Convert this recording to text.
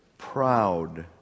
proud